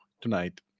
tonight